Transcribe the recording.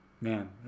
man